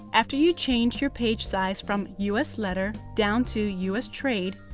after you change your page size from us letter down to us trade,